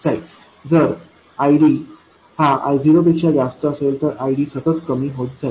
आणि जर ID हा I0 पेक्षा जास्त असेल तर VD सतत कमी होत जाईल